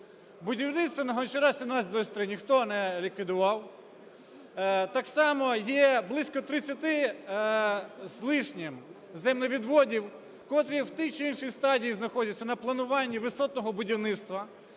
Будівництва на Гончара, 17/23 ніхто не ліквідував. Так само є близько 30 з лишнім землевідводів, котрі в тій чи іншій стадії знаходяться на плануванні висотного будівництва,